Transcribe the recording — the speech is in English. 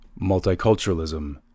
Multiculturalism